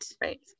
right